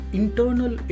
internal